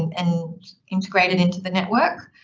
and integrate it into the network.